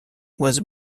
was